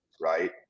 Right